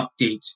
update